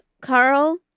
Carl